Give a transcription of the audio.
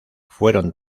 fueron